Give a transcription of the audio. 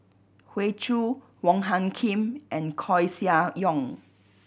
Hoey Choo Wong Hung Khim and Koeh Sia Yong